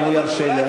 אם הוא ירשה לי,